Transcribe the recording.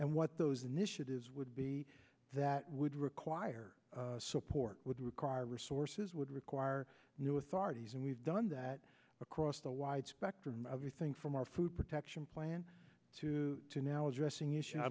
and what those initiatives would be that would require support would require resources would require new authorities and we've done that across the wide spectrum of anything from our food protection plan to to